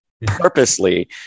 purposely